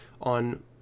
on